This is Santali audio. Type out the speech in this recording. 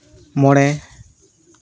ᱢᱚᱬᱮ